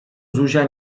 zuzia